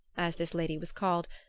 as this lady was called,